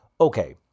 okay